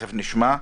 תכף נשמע.